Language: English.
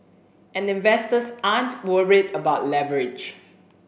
and investors aren't worried about leverage